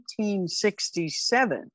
1967